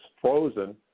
frozen